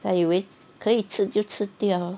还以为可以吃就吃掉